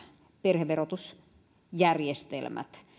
perheverotusjärjestelmät